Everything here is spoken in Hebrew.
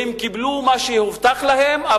והם קיבלו מה שהובטח להם.